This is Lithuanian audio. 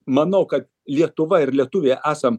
manau kad lietuva ir lietuviai esam